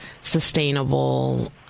sustainable